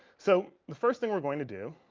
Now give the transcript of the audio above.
so the first thing we're going to do